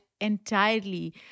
entirely